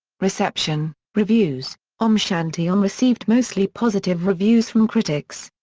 reception reviews om shanti om received mostly positive reviews from critics.